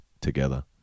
together